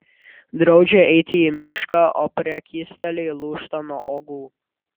draudžia eiti į mišką o prekystaliai lūžta nuo uogų